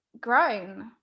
grown